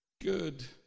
good